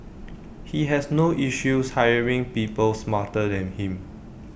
he has no issues hiring people smarter than him